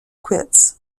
quits